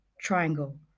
triangle